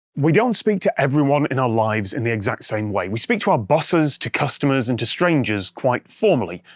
we don't speak to everyone in our lives in the exact same way. we speak to our bosses, to customers, and to strangers quite formally,